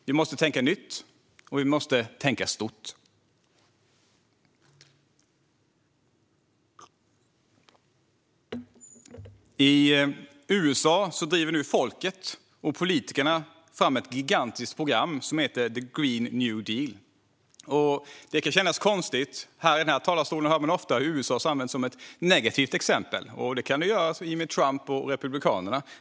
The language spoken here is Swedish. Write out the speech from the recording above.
Vi måste tänka nytt, och vi måste tänka stort. I USA driver nu folket och politikerna fram ett gigantiskt program som heter The Green New Deal. Det kan kännas konstigt. I den här talarstolen används ofta USA som ett negativt exempel, och det kan göras i och med Trump och republikanerna.